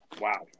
Wow